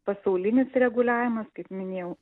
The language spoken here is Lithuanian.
pasaulinis reguliavimas kaip minėjau